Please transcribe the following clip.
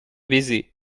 baisers